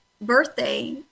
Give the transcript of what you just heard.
birthday